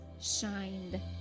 shined